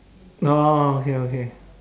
orh okay okay